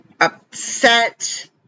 upset